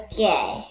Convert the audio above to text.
Okay